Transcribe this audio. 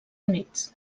units